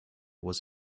was